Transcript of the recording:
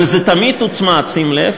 אבל זה תמיד הוצמד, שים לב,